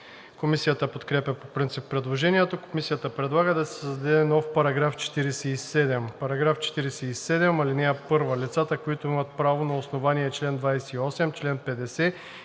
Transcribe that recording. Комисията подкрепя по принцип предложението. Комисията предлага да се създаде нов § 47: „§ 47. (1) Лицата, които имат право на основание чл. 28, чл. 50 или чл.